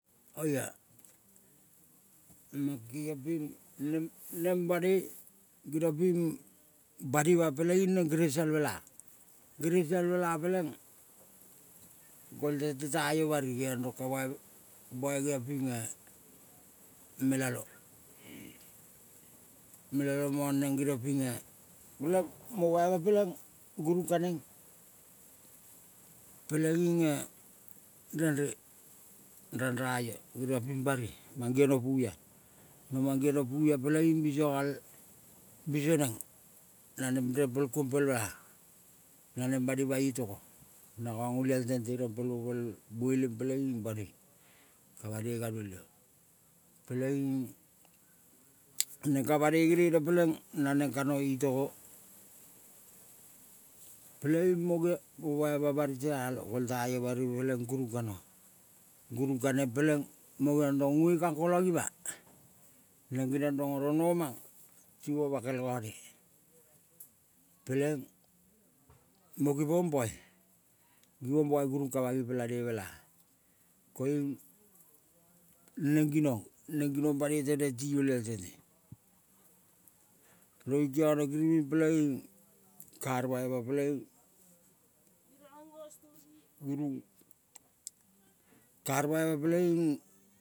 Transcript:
Oia mang kengiong ping nem nembanoi geniong ping banima peleing neng geresal mela. Geresang mela peleng goltente kaio bari geong rong bai, bai geong pinge melalo. Melalo mong neng geniong pinge, peleng mo baima peleng gurung kaneng peleng inge renro ranraio geioring ping bari mangeono paia. No mangeano paia peleing biso gal neng naneng rempel, kuang pel mela naneng banima itogo. Olial tente rempel mo pel mueleng peleing banoi ka banoi gal olial peleing mo baima bari tealong, goltaio bari bari peleng gurung kanoa. Gurung kaneng peleng mo geong rong ngonge kang kolang ima, neng geniang oro nomang timobakel ngane peleng mo givong bai. Givong bai gurung kamang ipelane mela, koiung neng ginong, neng ginong banoi teneng ti olial tente. Rong ikima giriving peleing kar baima peleing gurung kai baima peleing.